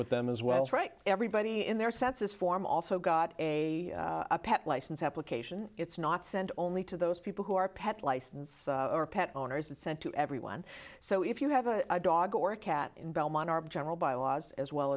with them as well as right everybody in their census form also got a pet license application it's not sent only to those people who are pet license or pet owners and sent to everyone so if you have a dog or a cat in belmont general byelaws as well